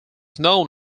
known